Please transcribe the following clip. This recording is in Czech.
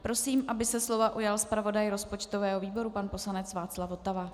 Prosím, aby se slova ujal zpravodaj rozpočtového výboru pan poslanec Václav Votava.